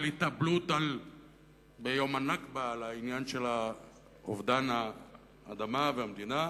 התאבלות ביום ה"נכבה" על אובדן האדמה והמדינה,